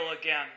again